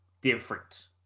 different